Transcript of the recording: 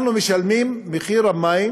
אנחנו משלמים את מחיר המים